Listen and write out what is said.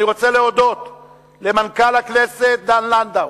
אני רוצה להודות למנכ"ל דן לנדאו,